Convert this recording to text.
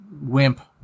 wimp